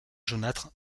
jaunâtre